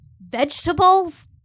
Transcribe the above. vegetables